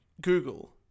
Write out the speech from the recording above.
Google